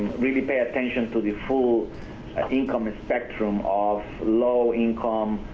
really pay attention to the full ah income spectrum of low income,